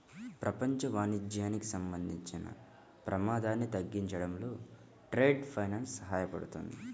ప్రపంచ వాణిజ్యానికి సంబంధించిన ప్రమాదాన్ని తగ్గించడంలో ట్రేడ్ ఫైనాన్స్ సహాయపడుతుంది